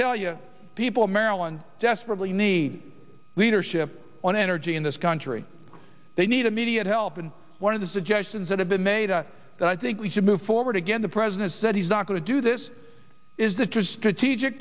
tell you people in maryland desperately need leadership on energy in this country they need immediate help and one of the suggestions that have been made that i think we should move forward again the president said he's not going to do this is the t